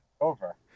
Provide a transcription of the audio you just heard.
over